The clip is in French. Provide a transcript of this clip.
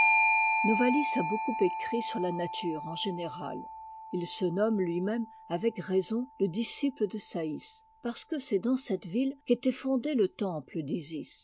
l'éblouissent novalis a beaucoup écrit sur ta nature en général il se nomme lui-même avec raison le disciple de saïs parce que c'est dans cette ville qu'était fondé le